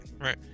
right